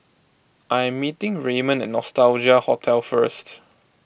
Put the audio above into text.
I am meeting Raymon at Nostalgia Hotel first